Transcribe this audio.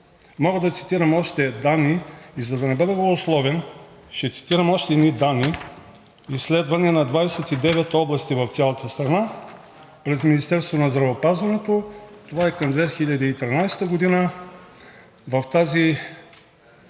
Мога да цитирам още данни и за да не бъда голословен, ще цитирам още едни данни – изследване на 29 области в цялата страна през Министерството на здравеопазването – това е към 2013 г.